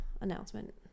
announcement